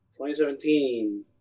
2017